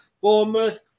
Bournemouth